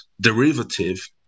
derivative